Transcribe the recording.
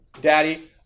daddy